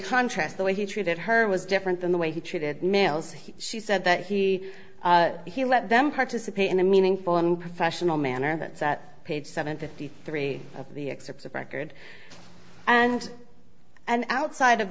contrast the way he treated her was different than the way he treated males she said that he he let them participate in a meaningful and professional manner that's at page seven fifty three of the excerpts of record and outside of